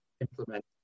implement